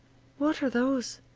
what are those?